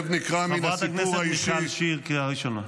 חברת הכנסת מיכל שיר, קריאה ראשונה.